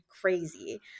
crazy